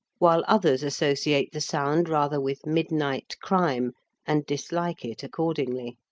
while others associate the sound rather with midnight crime and dislike it accordingly.